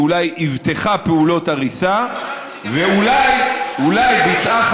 היא אולי אבטחה פעולות הריסה ואולי ביצעה